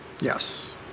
Yes